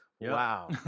Wow